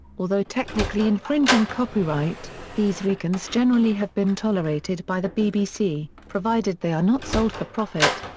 although technically infringing copyright, these recons generally have been tolerated by the bbc, provided they are not sold for profit.